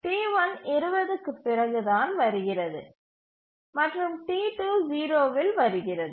T1 20 க்குப் பிறகு தான் வருகிறது மற்றும் T2 0 வில் வருகிறது